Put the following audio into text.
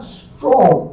strong